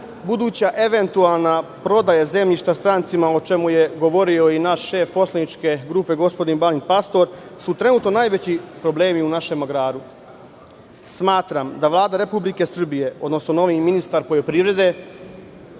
buduća eventualna prodaja zemljišta strancima, o čemu je govorio i naš šef poslaničke grupe, gospodin Balint Pastor, su trenutno najveći problemi u našem agraru. Smatram da Vlada Republike Srbije, odnosno novi ministar poljoprivrede,